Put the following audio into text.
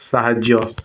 ସାହାଯ୍ୟ